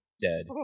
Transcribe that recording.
dead